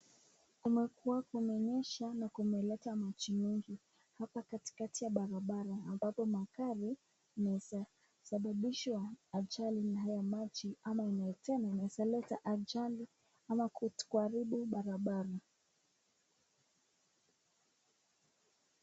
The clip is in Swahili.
Kumekuwa kumenyesha na kumeleta maji mengi hapa katikati ya barabara ambapo magari yanaweza sababishwa ajali na hii maji ama inaweza leta ajali ama kuharibu barabara.